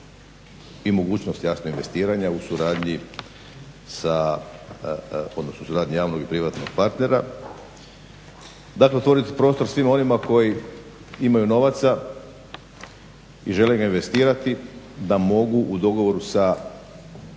i mogućnost jasno investiranja u suradnji javnog i privatnog partnera, dakle otvoriti prostor svima onima koji imaju novaca i žele ga investirati da mogu u dogovoru sa